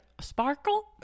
sparkle